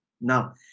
Now